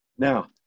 Now